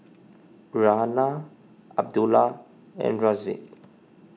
Raihana Abdullah and Rizqi